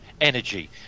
energy